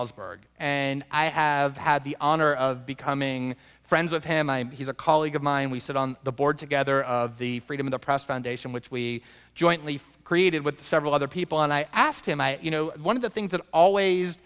ellsberg and i have had the honor of becoming friends with him he's a colleague of mine and we sit on the board together of the freedom of the press foundation which we jointly created with several other people and i asked him you know one of the things that always